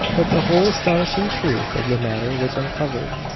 that the whole astonishing truth of the matter was uncovered.